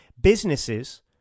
businesses